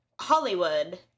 Hollywood